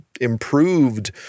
improved